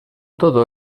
todo